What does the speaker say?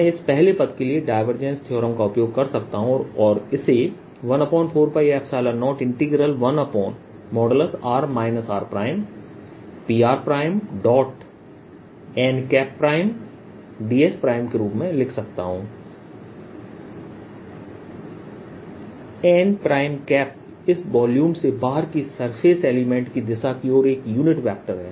मैं इस पहले पद के लिए डाइवर्जेंस थ्योरम का उपयोग कर सकता हूं और इसे 14π01r rPrndS के रूप में लिख सकता हूं n इस वॉल्यूम से बाहर की सरफेस एलिमेंट की दिशा की ओर एक यूनिट वेक्टर है